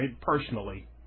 personally